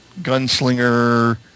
gunslinger